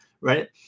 right